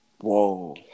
Whoa